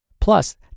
Plus